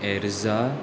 एरझा